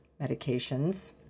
medications